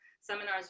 seminars